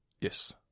Yes